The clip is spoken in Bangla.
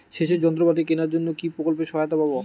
সেচের যন্ত্রপাতি কেনার জন্য কি প্রকল্পে সহায়তা পাব?